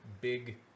big